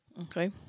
Okay